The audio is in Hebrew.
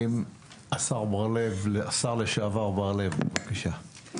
השר לשעבר, עמר בר לב, בבקשה.